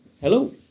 Hello